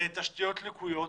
בתשתיות לקויות,